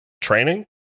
training